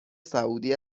سعودی